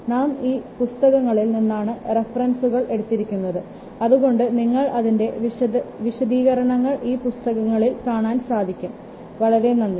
നാം ഈ പുസ്തകങ്ങളിൽ നിന്നാണ് റഫറൻസുകൾ എടുത്തിരിക്കുന്നത് അതുകൊണ്ട് നിങ്ങൾക്ക് അതിൻറെ വിശദീകരണങ്ങൾ ഈ പുസ്തകങ്ങളിൽ കാണാൻ സാധിക്കും വളരെ നന്ദി